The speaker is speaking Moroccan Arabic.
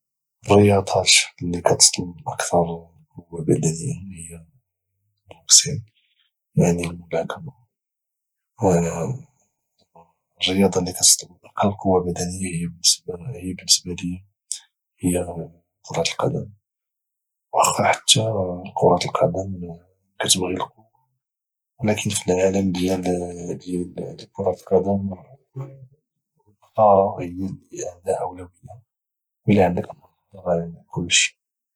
الرياضات اللي كاتطلب اكثر قوه بدنيه هي البوكسين يعني الملاكمه الرياضه اللي كاتطلب اقل قوه بدنيه هي بالنسبه لي هي كره القدم وخا حتى كرة القدم كتبغي القوة ولكن في العالم ديال كرة القدم المهارة هي اللي عندها اولوية ويلى عندك المهارة راه عندك كلشي